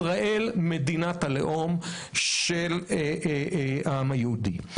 ישראל, מדינת הלאום של העם היהודי.